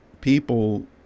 people